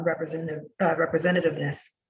representativeness